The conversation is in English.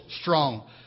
strong